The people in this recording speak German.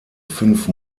fünf